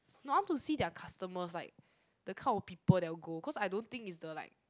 not to see their customers like the kind of people that will go cause I don't think is the like